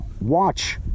watch